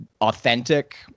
authentic